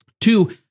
Two